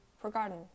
forgotten